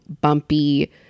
bumpy